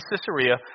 Caesarea